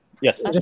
yes